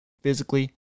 physically